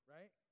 Right